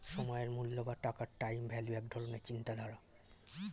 সময়ের মূল্য বা টাকার টাইম ভ্যালু এক ধরণের চিন্তাধারা